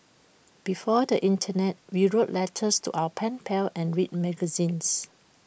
before the Internet we wrote letters to our pen pals and read magazines